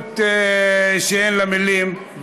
חמדנות שאין לה מילים,